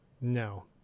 No